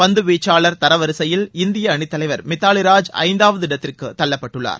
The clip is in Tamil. பந்து வீச்சாளர் தர வரிசையில் இந்திய அணித் தலைவர் மித்தாலி ராஜ் ஐந்தாம் இடத்திற்கு தள்ளப்பட்டுள்ளார்